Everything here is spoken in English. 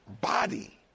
body